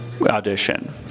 Audition